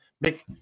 Make